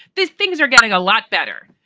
these things are getting a lot better.